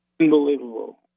Unbelievable